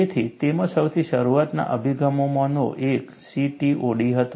તેથી તેમાં સૌથી શરૂઆતના અભિગમોમાંનો એક CTOD હતો